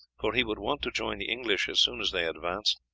for he would want to join the english as soon as they advanced,